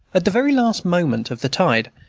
at the very last moment of the tide,